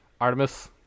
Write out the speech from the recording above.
Artemis